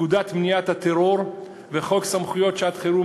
פקודת מניעת טרור וחוק סמכויות שעת-חירום